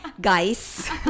guys